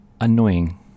annoying